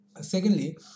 Secondly